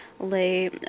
lay